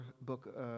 book